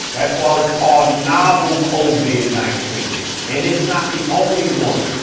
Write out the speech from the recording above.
that's all it's called novel colvin nineteen and it's not the only one.